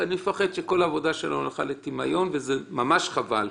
מפחד שכל העבודה שלנו תרד לטמיון וזה ממש חבל.